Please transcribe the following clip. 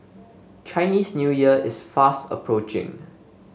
Chinese New Year is fast approaching